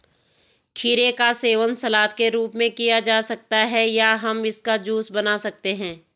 खीरे का सेवन सलाद के रूप में किया जा सकता है या हम इसका जूस बना सकते हैं